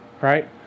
right